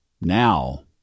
Now